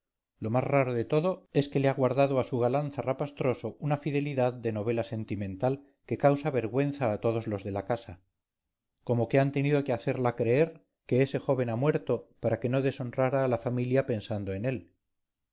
lo más raro de todo es que le ha guardado a su galán zarrapastroso una fidelidad de novela sentimental que causa vergüenza a todos los de la casa como que han tenido que hacerla creer que ese joven ha muerto para que no deshonrara a la familia pensando en él